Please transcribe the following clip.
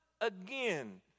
again